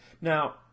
Now